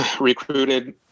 recruited